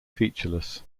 featureless